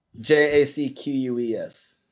J-A-C-Q-U-E-S